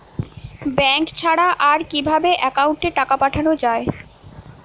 Bank ছাড়া আর কিভাবে একাউন্টে টাকা পাঠানো য়ায়?